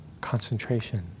concentration